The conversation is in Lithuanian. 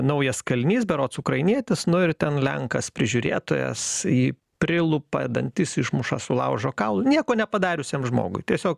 naujas kalinys berods ukrainietis nu ir ten lenkas prižiūrėtojas jį prilupa dantis išmuša sulaužo kaul nieko nepadariusiam žmogui tiesiog